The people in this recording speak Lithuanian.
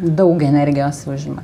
daug energijos užima